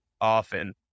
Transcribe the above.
often